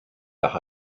part